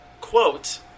quote